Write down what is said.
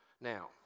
Now